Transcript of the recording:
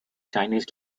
chinese